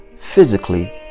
physically